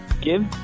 give